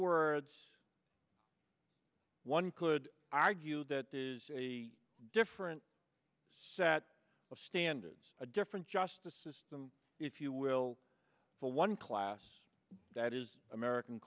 words one could argue that is a different set of standards a different justice system if you will for one class that is american